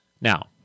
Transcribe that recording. Now